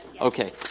Okay